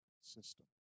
system